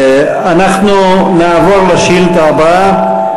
אנחנו נעבור לשאילתה הבאה.